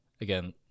again